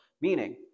Meaning